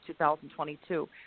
2022